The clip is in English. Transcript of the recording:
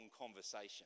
conversation